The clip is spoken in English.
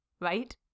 Right